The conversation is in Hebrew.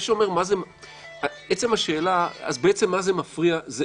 עצם השאלה בעצם מה זה מפריע,